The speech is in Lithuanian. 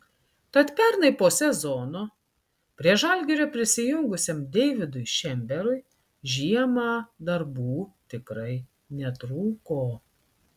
tad pernai po sezono prie žalgirio prisijungusiam deividui šemberui žiemą darbų tikrai netrūko